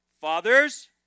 fathers